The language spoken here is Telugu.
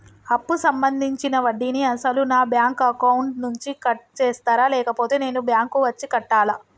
అప్పు సంబంధించిన వడ్డీని అసలు నా బ్యాంక్ అకౌంట్ నుంచి కట్ చేస్తారా లేకపోతే నేను బ్యాంకు వచ్చి కట్టాలా?